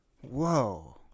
Whoa